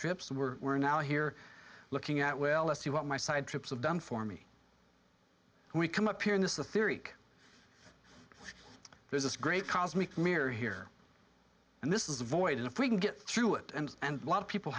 trips we're we're now here looking at well let's see what my side trips have done for me and we come up here in this the theory there's this great cosmic mirror here and this is a void and if we can get through it and and a lot of people